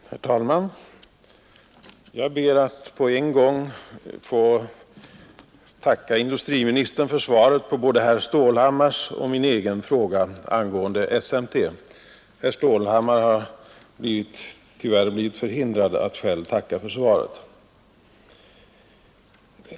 Herr talman! Jag ber att på en gång få tacka industriministern för svaren både på herr Stålhammars och på min egen fråga angående SMT — herr Stålhammar har tyvärr blivit förhindrad att själv tacka för svaret.